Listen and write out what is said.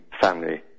family